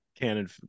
Canon